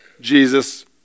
Jesus